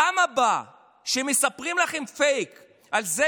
בפעם הבאה שמספרים לכם פייק על זה